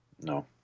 no